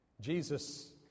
Jesus